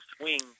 swing